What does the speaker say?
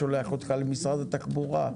שולח אותה למשרד התחבורה,